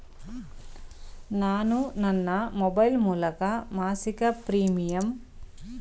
ನಾನು ನನ್ನ ಮೊಬೈಲ್ ಮೂಲಕ ಮಾಸಿಕ ಪ್ರೀಮಿಯಂ ಪಾವತಿಸಬಹುದೇ?